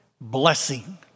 blessing